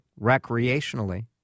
recreationally